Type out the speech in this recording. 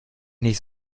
nicht